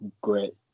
great